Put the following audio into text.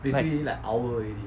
like